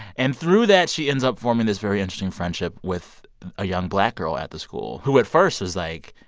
and through that, she ends up forming this very interesting friendship with a young black girl at the school, who at first was like,